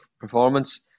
performance